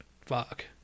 Fuck